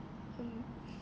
um